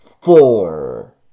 Four